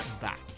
back